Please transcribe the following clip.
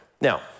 Now